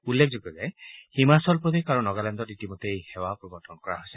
উল্লেখযোগ্য যে হিমাচল প্ৰদেশ আৰু নগালেণ্ডত ইতিমধ্যে এই সেৱা প্ৰৱৰ্তন কৰা হৈছে